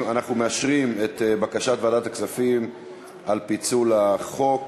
מאשרים את בקשת ועדת הכספים לפיצול החוק.